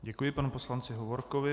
Děkuji panu poslanci Hovorkovi.